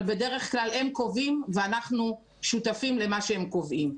אבל בדרך כלל הם קובעים ואנחנו שותפים למה שהם קובעים.